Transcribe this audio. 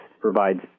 provides